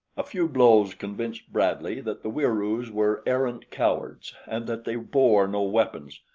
a few blows convinced bradley that the wieroos were arrant cowards and that they bore no weapons,